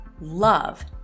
love